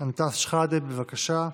אנטאנס שחאדה, בבקשה.